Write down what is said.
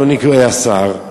אדוני השר,